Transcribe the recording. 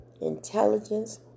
intelligence